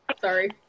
Sorry